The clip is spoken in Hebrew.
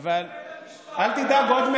אל תדאג,